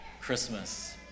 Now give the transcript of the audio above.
Christmas